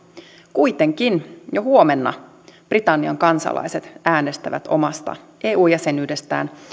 kuitenkin jo huomenna britannian kansalaiset äänestävät omasta eu jäsenyydestään